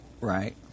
Right